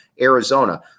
Arizona